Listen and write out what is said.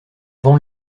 vent